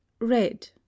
red